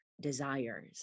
desires